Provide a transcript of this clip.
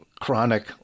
chronic